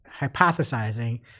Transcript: hypothesizing